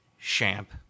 Champ